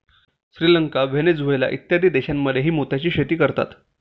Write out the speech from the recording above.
Sri Lanka, Venezuela इत्यादी देशांमध्येही मोत्याची शेती करतात